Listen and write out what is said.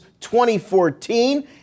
2014